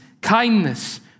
kindness